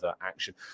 Action